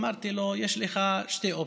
אמרתי לו: יש לך שתי אופציות,